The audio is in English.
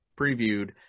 previewed